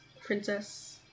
princess